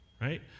right